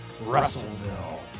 Russellville